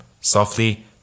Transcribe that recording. Softly